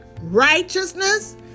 righteousness